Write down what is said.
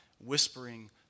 whispering